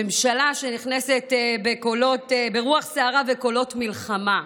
הממשלה שנכנסת ברוח סערה וקולות מלחמה,